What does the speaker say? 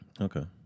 Okay